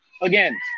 again